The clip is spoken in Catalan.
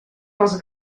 els